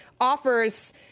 offers